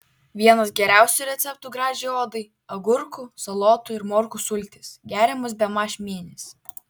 vienas geriausių receptų gražiai odai agurkų salotų ir morkų sultys geriamos bemaž mėnesį